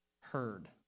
heard